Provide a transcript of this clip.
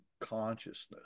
consciousness